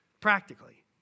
Practically